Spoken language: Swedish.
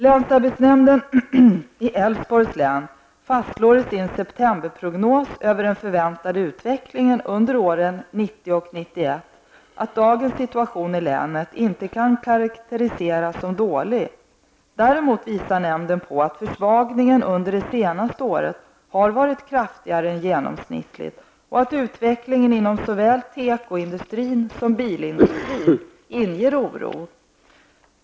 Länsarbetsnämnden i Älvsborgs län fastslår i sin septemberprognos över den förväntade utvecklingen under åren 1990 och 1991 att dagens situation i länet inte kan karakteriseras som dålig. Däremot visar nämnden på att försvagningen under det senaste året har varit kraftigare än genomsnittligt och att utvecklingen inom såväl tekoindustrin som bilindustrin inger oro.